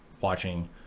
watching